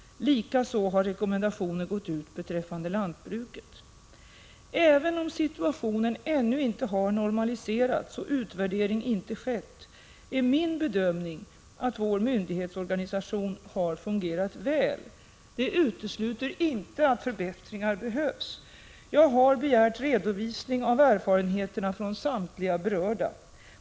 Likaså har rekommendationer gått ut beträffande lantbruket. Även om situationen ännu inte normaliserats och utvärdering inte skett är Prot. 1985/86:137 min bedömning att vår myndighetsorganisation har fungerat väl. Det 12 maj 1986 utesluter inte att förbättringar behövs. Jag har begärt redovisning av erfarenheterna från samtliga berörda.